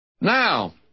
Now